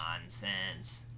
Nonsense